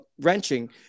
wrenching